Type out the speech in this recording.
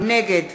נגד